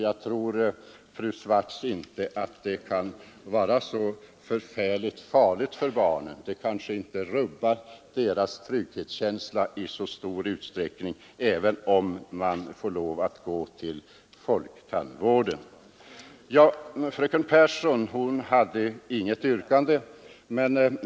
Jag tror därför inte, fru Swartz, att det kan vara så förfärligt farligt för barnen, att det kan rubba deras trygghet i så stor utsträckning, om de får lov att gå till folktandvården. Fröken Pehrsson hade inget yrkande.